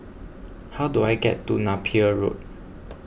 how do I get to Napier Road